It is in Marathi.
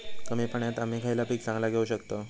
कमी पाण्यात आम्ही खयला पीक चांगला घेव शकताव?